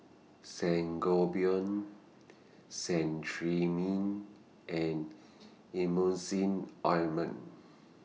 Sangobion Cetrimide and Emulsying Ointment